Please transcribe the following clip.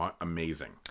amazing